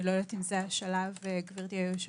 אני לא יודעת אם זה השלב להעיר, גברתי היושבת-ראש.